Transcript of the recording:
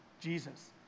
Jesus